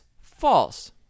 false